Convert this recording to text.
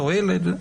תועלת וכולי,